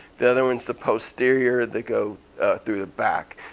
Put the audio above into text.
the other one's the posterior. they go through the back.